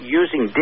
using